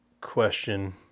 question